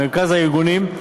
מרכז הארגונים,